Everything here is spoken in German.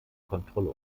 kontrolle